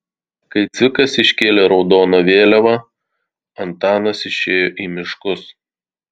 kai cvikas iškėlė raudoną vėliavą antanas išėjo į miškus